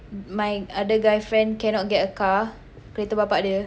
my other guy friend cannot get a car kereta bapa dia